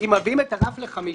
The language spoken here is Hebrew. שאם מביאים את הרף ל-50